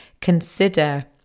consider